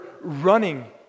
running